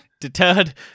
deterred